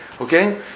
okay